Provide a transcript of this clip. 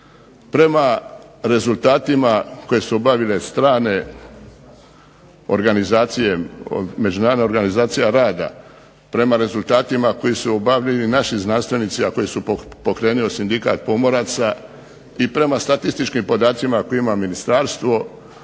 Prema rezultatima koje su obavile strane organizacije rada, prema rezultatima koje su obavili naši znanstvenici a koji je pokrenuo sindikat pomoraca i prema statističkim podacima koje ima Ministarstvo,